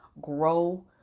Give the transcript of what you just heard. grow